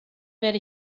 werde